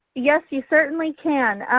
yes. you certainly can.